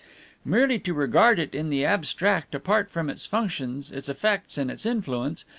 merely to regard it in the abstract, apart from its functions, its effects, and its influence,